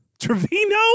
Trevino